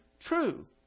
true